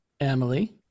Emily